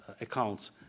accounts